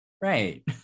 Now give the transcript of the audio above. right